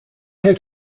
hält